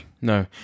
no